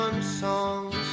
songs